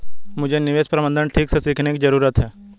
मुझे निवेश प्रबंधन ठीक से सीखने की जरूरत है